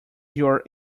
your